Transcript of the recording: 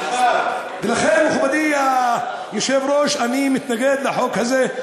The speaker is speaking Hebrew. ולכן, מכובדי היושב-ראש, אני מתנגד לחוק הזה.